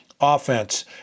offense